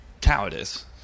cowardice